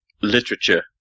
literature